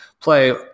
play